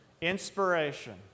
Inspiration